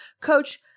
coach